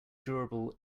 durable